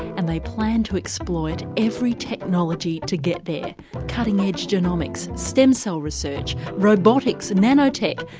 and they plan to exploit every technology to get there cutting-edge genomics, stem-cell research, robotics, nanotech,